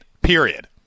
period